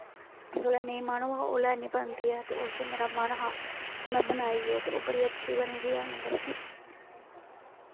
जिसलै नेईं मन होऐ ते उसलै नेईं बनदी ऐ उस दिन मेरा मन हा ते में बनाई ओह् ते ओह् बड़ी अच्छी बनी